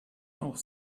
auch